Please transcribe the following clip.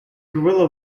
guerrilla